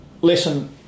lesson